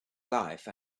life